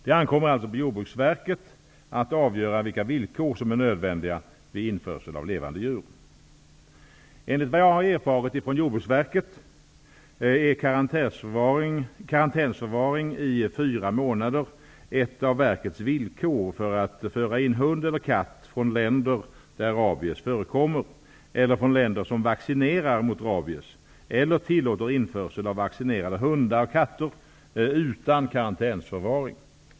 Det ankommer således på Jordbruksverket att avgöra vilka villkor som är nödvändiga vid införsel av levande djur. Enligt vad jag har erfarit från Jordbruksverket är karantänsförvaring i fyra månader ett av verkets villkor för att man skall få föra in hund eller katt från länder där rabies förekommer eller från länder som vaccinerar mot rabies eller tillåter införsel av vaccinerade hundar och katter utan karantänsförvaring.